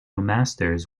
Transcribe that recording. masters